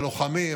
הלוחמים,